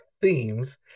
themes